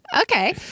Okay